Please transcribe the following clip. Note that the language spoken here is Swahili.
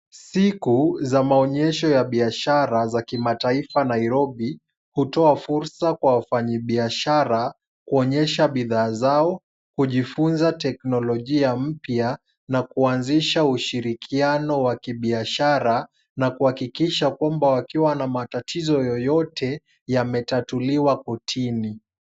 Siku za maonyesho ya biashara za kimataifa Nairobi, hutoa fursa kwa wafanyibiashara, kuonyesha bidhaa zao, kujifunza teknolojia mpya, na kuanzisha ushirikiano wa kibiashara, na kuhakikisha kwamba wakiwa na matatizo yoyote, yametatuliwa kortini.